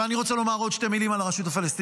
אבל אני רוצה לומר עוד שתי מילים על הרשות הפלסטינית,